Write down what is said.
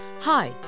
Hi